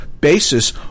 basis